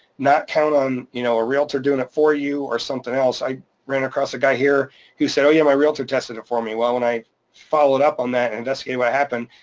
not count on you know a realtor doing it for you or something else. i ran across a guy here who said, oh, yeah. my realtor tested it for me. well, when i followed up on that and investigated what happened,